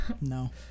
No